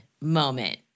moment